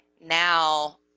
now